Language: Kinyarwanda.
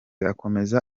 akomeza